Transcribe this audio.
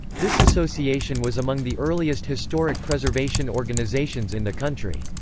this association was among the earliest historic preservation organizations in the country.